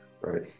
right